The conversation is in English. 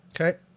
Okay